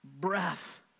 breath